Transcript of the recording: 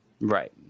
Right